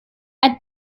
ein